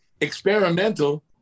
experimental